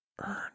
Earn